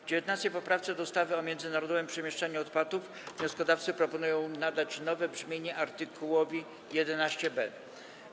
W 19. poprawce do ustawy o międzynarodowym przemieszczaniu odpadów wnioskodawcy proponują nadać nowe brzmienie art. 11b.